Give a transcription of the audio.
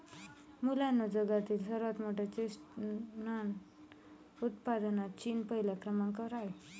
मुलांनो जगातील सर्वात मोठ्या चेस्टनट उत्पादनात चीन पहिल्या क्रमांकावर आहे